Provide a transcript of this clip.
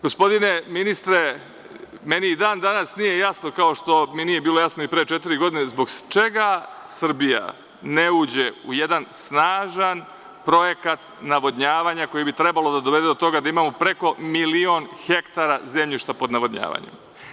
Gospodine ministre, meni i dan danas nije jasno, kao što mi nije bilo jasno i pre četiri godine, zbog čega Srbija ne uđe u jedan snažan projekat navodnjavanja koji bi trebalo da dovede do toga da imamo preko milion hektara zemljišta pod navodnjavanjem.